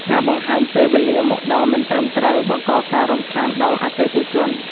ការបង្ហាញពេលវេលាមកដល់មិនត្រឹមត្រូវ បង្កការរំខានដល់អតិថិជន។